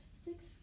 Six